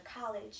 College